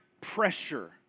pressure